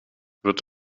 wird